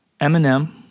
eminem